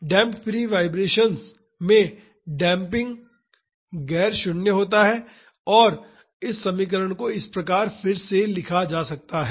damped free vibrations में damping गैर शून्य होता है और इस समीकरण को इस प्रकार फिर से लिखा जा सकता है